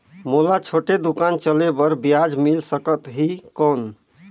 मोला छोटे दुकान चले बर ब्याज मिल सकत ही कौन?